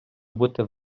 бути